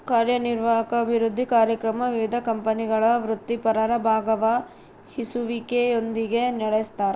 ಕಾರ್ಯನಿರ್ವಾಹಕ ಅಭಿವೃದ್ಧಿ ಕಾರ್ಯಕ್ರಮ ವಿವಿಧ ಕಂಪನಿಗಳ ವೃತ್ತಿಪರರ ಭಾಗವಹಿಸುವಿಕೆಯೊಂದಿಗೆ ನಡೆಸ್ತಾರ